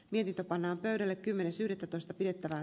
niitä pannaan pöydälle kymmenes yhdettätoista pidettävää